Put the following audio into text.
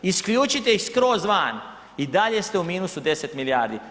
Isključite ih skroz van i dalje ste u minusu 10 milijardi.